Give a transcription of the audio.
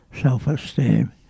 self-esteem